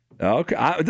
Okay